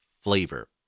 flavor